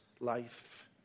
life